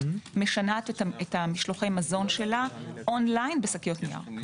משנעת את משלוחי המזון שלה און ליין בשקיות נייר.